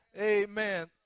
Amen